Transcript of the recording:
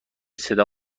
صدا